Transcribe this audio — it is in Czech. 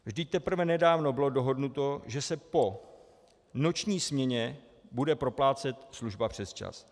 Vždyť teprve nedávno bylo dohodnuto, že se po noční směně bude proplácet služba přesčas.